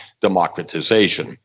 democratization